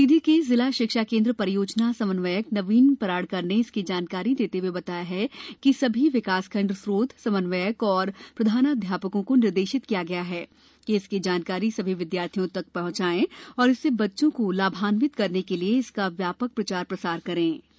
सीधी के जिला शिक्षा केन्द्र परियोजना समन्वयक नवीन पराड़कर ने इसकी जानकारी देते हए बताया कि उन्होंने समस्त विकासखण्ड स्त्रोत समन्वयक तथा प्रधानाध्यापकों को निर्देशित किया गया है कि इसकी जानकारी सभी विद्यार्थियों तक पहंचाएं तथा इससे बच्चों को लाभान्वित करने के लिए इसका व्यापक प्रसार किया जाए